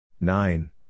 Nine